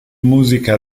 musica